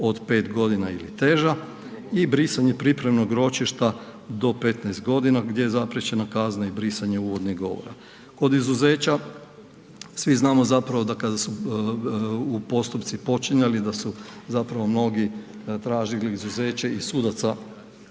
od pet godina ili teža i brisanje pripremnog ročišta do 15 godine gdje je zapriječena kazna i brisanje uvodnih govora. Kod izuzeća svi znamo da kada su postupci počinjali da su mnogi tražili izuzeće i sudaca